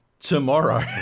tomorrow